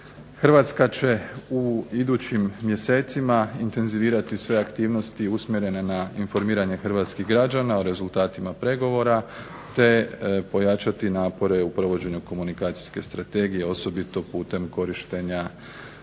Hrvatska će u idućim mjesecima intenzivirati sve aktivnosti usmjerene na informiranje Hrvatskih građana o rezultatima pregovorima te pojačati napore u provođenju komunikacijske strategije osobito putem korištenja